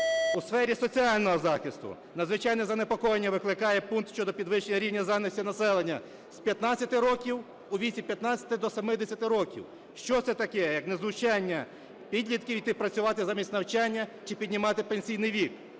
У сфері соціального захисту надзвичайне занепокоєння викликає пункт щодо підвищення рівня зайнятості населення з 15 років, у віці з 15 до 70 років. Що це таке, як не знущання, підлітків – іти працювати замість навчання, чи піднімати пенсійний вік?